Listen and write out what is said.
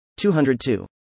202